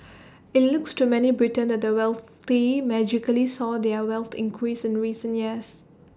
IT looks to many Britons that the wealthy magically saw their wealth increase in recent years